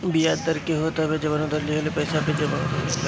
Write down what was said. बियाज दर उ होत हवे जवन उधार लिहल पईसा पे जमा होत हवे